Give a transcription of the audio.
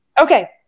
Okay